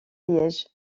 liège